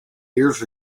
years